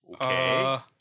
Okay